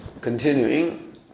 continuing